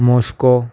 Moscow